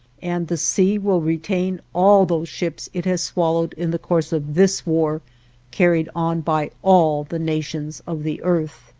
and the sea will retain all those ships it has swallowed in the course of this war carried on by all the nations of the earth.